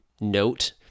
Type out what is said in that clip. note